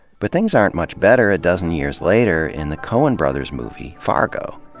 but things aren't much better a dozen years later in the coen brothers movie, fargo.